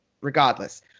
regardless